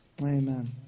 Amen